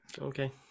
Okay